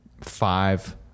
five